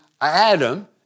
Adam